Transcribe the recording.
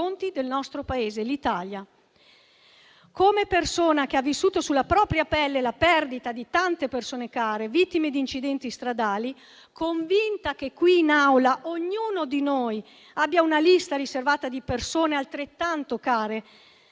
Come persona che ha vissuto sulla propria pelle la perdita di tante persone care, vittime di incidenti stradali, convinta che qui in Aula ognuno di noi abbia una lista riservata di persone altrettanto care